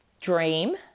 dream